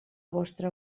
vostra